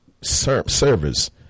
service